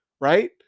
right